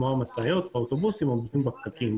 כמו המשאיות והאוטובוסים עומדים בפקקים.